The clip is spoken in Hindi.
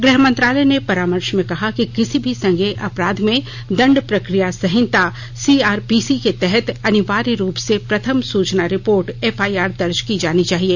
गृह मंत्रालय ने परामर्श में कहा है कि किसी भी संज्ञेय अपराध में दण्ड प्रक्रिया संहिता सीआरपीसी के तहत अनिवार्य रूप से प्रथम सूचना रिपोर्ट एफ आई आर दर्ज की जानी चाहिए